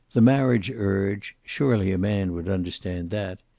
the marriage-urge surely a man would understand that.